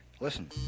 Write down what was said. Listen